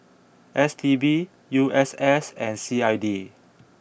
S T B U S S and C I D